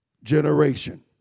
Generation